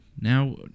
Now